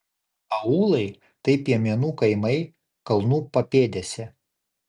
aūlai tai piemenų kaimai kalnų papėdėse